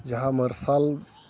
ᱡᱟᱦᱟᱸ ᱢᱟᱨᱥᱟᱞ